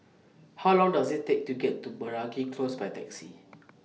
How Long Does IT Take to get to Meragi Close By Taxi